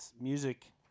music